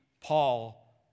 Paul